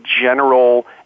general